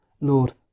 Lord